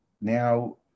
now